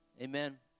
Amen